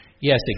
Yes